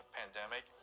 pandemic